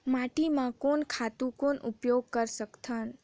माटी म कोन खातु कौन उपयोग कर सकथन?